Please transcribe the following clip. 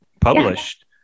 published